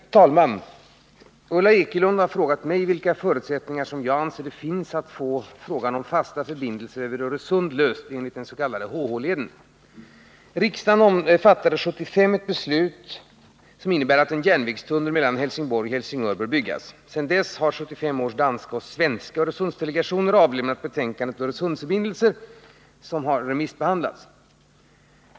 Herr talman! Ulla Ekelund har frågat mig vilka förutsättningar som jag anser det finns att få frågan om fasta förbindelser över Öresund löst enligt den s.k. HH-leden. Riksdagen fattade år 1975 ett beslut som innebär att en järnvägstunnel mellan Helsingborg och Helsingör bör byggas. Sedan dess har 1975 års danska och svenska Öresundsdelegationer avlämnat betänkandet Öresundsförbindelser , vilket remissbehandlats.